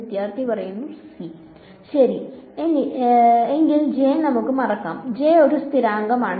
വിദ്യാർത്ഥി ശെരി എങ്കിൽ ജെ നമുക്ക് മറക്കാം ജെ ഒരു സ്ഥിരാങ്കം ആണ്